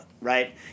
right